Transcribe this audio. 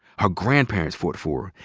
her grandparents fought for,